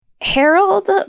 Harold